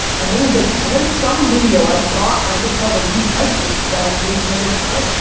and then he's like, and then some video i saw, and i could tell that you liked it, that i was leaving negative comments.